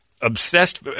obsessed